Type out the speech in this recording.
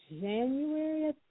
January